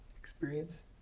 experience